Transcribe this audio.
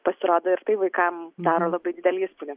pasirodo ir tai vaikam daro labai didelį įspūdį